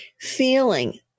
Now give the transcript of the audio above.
feeling